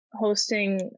hosting